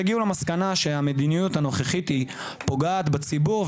והם הגיעו למסקנה שהמדיניות הנוכחית היא פוגעת בציבור,